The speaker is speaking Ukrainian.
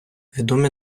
відомі